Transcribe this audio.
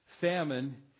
famine